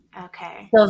Okay